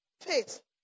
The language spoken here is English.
Faith